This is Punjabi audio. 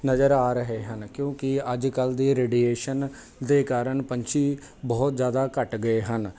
ਨਜ਼ਰ ਆ ਰਹੇ ਹਨ ਕਿਉਂਕਿ ਅੱਜ ਕੱਲ੍ਹ ਦੀ ਰੇਡੀਏਸ਼ਨ ਦੇ ਕਾਰਨ ਪੰਛੀ ਬਹੁਤ ਜ਼ਿਆਦਾ ਘੱਟ ਗਏ ਹਨ